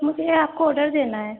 مجھے آپ کو آڈر دینا ہے